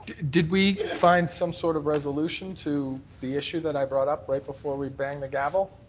did we find some sort of resolution to the issue that i brought up right before we banged the gavel?